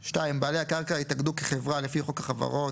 (2) בעלי הקרקע התאגדו כחברה לפי חוק החברות,